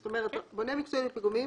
כלומר, בונה מקצועי לפיגומים